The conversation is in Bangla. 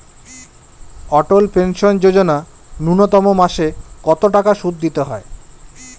অটল পেনশন যোজনা ন্যূনতম মাসে কত টাকা সুধ দিতে হয়?